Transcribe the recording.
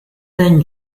then